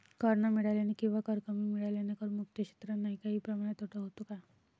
कर न मिळाल्याने किंवा कर कमी मिळाल्याने करमुक्त क्षेत्रांनाही काही प्रमाणात तोटा होतो का?